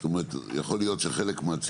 זאת אומרת יכול להיות שחלק אחד מהציבור,